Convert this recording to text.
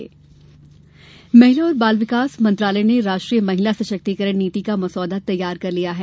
महिला सशक्तिकरण महिला और बाल विकास मंत्रालय ने राष्ट्रीय महिला सशक्तिकरण नीति का मसौदा तैयार किया है